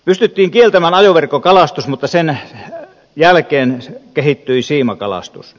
pystyttiin kieltämään ajoverkkokalastus mutta sen jälkeen kehittyi siimakalastus